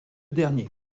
dernier